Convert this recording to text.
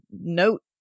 note